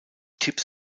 tipps